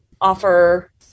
offer